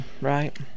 right